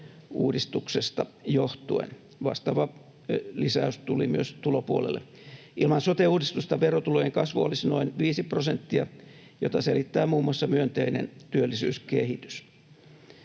johtuen. Vastaava lisäys tuli myös tulopuolelle. Ilman sote-uudistusta verotulojen kasvu olisi noin 5 prosenttia, mitä selittää muun muassa myönteinen työllisyyskehitys.